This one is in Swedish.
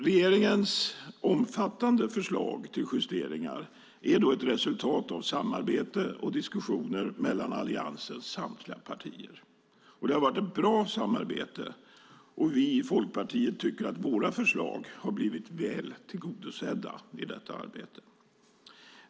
Regeringens omfattande förslag till justeringar är ett resultat av samarbete och diskussioner mellan Alliansens samtliga partier. Det har varit ett bra samarbete. Vi i Folkpartiet tycker att våra förslag har blivit väl tillgodosedda i detta arbete.